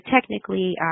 technically